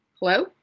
Hello